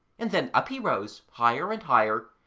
and then up he rose higher and higher,